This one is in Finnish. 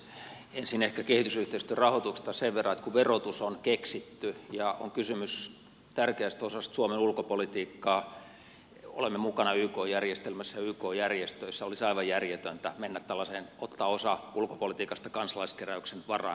ensin ehkä kehitysyhteistyörahoituksesta sen verran että kun verotus on keksitty ja on kysymys tärkeästä osasta suomen ulkopolitiikkaa olemme mukana ykn järjestelmässä yk järjestöissä olisi aivan järjetöntä mennä tällaiseen ottaa osa ulkopolitiikasta kansalaiskeräyksen varaan toimivaksi